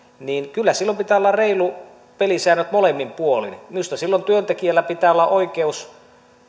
niin kyllä silloin pitää olla reilut pelisäännöt molemmin puolin minusta silloin työntekijällä pitää olla oikeus